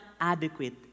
adequate